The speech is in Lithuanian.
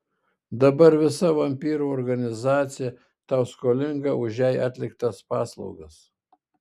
dabar visa vampyrų organizacija tau skolinga už jai atliktas paslaugas